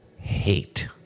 hate